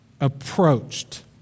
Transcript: approached